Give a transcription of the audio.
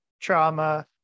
trauma